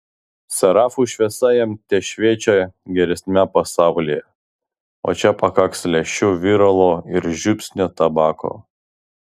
serafų šviesa jam tešviečia geresniame pasaulyje o čia pakaks lęšių viralo ir žiupsnio tabako